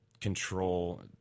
control